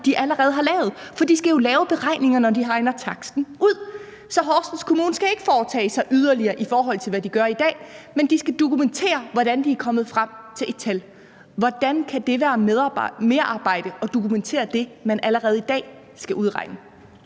de allerede har lavet, for de skal jo lave beregninger, når de regner taksten ud. Så Horsens Kommune skal ikke foretage sig yderligere, i forhold til hvad de gør i dag, men de skal dokumentere, hvordan de er kommet frem til et tal. Hvordan kan det være merarbejde at dokumentere det, man allerede i dag skal udregne?